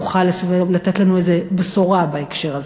תוכל לתת לנו איזה בשורה בהקשר הזה?